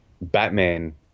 Batman